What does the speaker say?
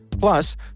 Plus